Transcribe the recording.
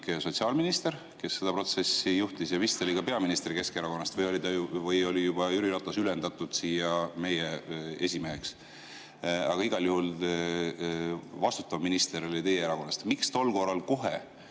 sotsiaalminister, kes seda protsessi juhtis, Tanel Kiik. Vist oli ka peaminister Keskerakonnast või oli Jüri Ratas juba ülendatud siia meie esimeheks, aga igal juhul vastutav minister oli teie erakonnast. Miks tol korral ei